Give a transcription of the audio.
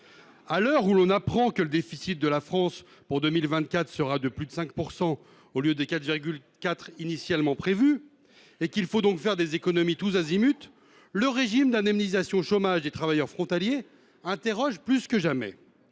à l’heure où l’on apprend qu’en 2024 le déficit public de la France atteindra plus de 5 % du PIB au lieu des 4,4 % initialement prévus et qu’il faut donc faire des économies tous azimuts, le régime d’indemnisation du chômage des travailleurs frontaliers interroge plus que jamais.